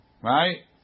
right